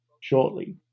shortly